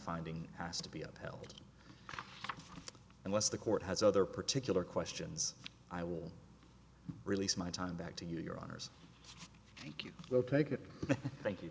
finding has to be upheld unless the court has other particular questions i will release my time back to your honor's thank you both make it thank you